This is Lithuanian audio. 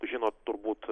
žinot turbūt